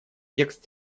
текст